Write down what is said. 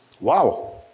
Wow